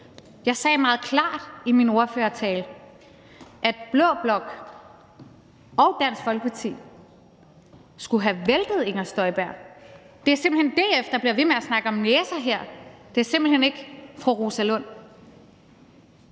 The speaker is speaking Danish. Jeg sagde meget klart i min ordførertale, at blå blok og Dansk Folkeparti skulle have væltet fru Inger Støjberg. Det er simpelt hen DF, der bliver ved med at snakke om næser her. Det er ikke fru Rosa Lund.